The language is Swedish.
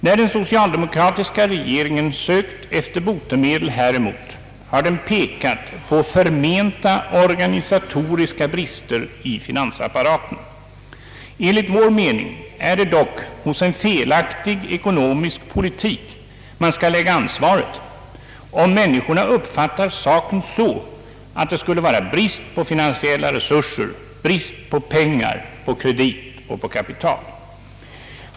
När den socialdemokratiska regeringen sökt efter botemedel häremot har den pekat på förment organisatoriska brister i finansapparaten. Enligt vår mening är det dock hos en felaktig ekonomisk politik man skall lägga ansvaret, om människorna uppfattar saken så att det skulle vara brist på finansiella resurser, brist på pengar, på kredit och kapital.